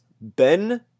Ben